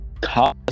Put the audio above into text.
cause